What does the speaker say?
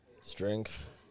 Strength